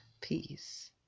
peace